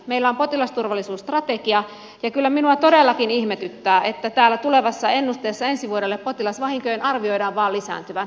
meillä on potilasturvallisuusstrategia ja kyllä minua todellakin ihmetyttää että täällä tulevassa ennusteessa ensi vuodelle potilasvahinkojen arvioidaan vain lisääntyvän